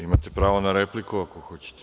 Imate pravo na repliku ako hoćete.